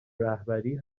رهبری